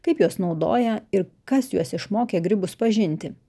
kaip juos naudoja ir kas juos išmokė grybus pažinti